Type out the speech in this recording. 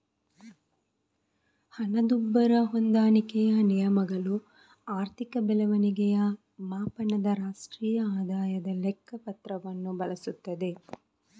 ಹಣದುಬ್ಬರ ಹೊಂದಾಣಿಕೆಯ ನಿಯಮಗಳು ಆರ್ಥಿಕ ಬೆಳವಣಿಗೆಯ ಮಾಪನದ ರಾಷ್ಟ್ರೀಯ ಆದಾಯದ ಲೆಕ್ಕ ಪತ್ರವನ್ನು ಬಳಸುತ್ತದೆ